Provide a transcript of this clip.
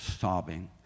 sobbing